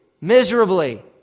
miserably